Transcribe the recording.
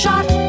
Shot